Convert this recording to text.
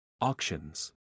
Auctions